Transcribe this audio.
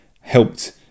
helped